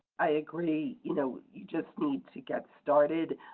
i agree, you know, you just need to get started.